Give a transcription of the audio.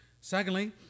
Secondly